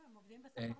לא, הם עובדים בשכר נמוך.